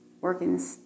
working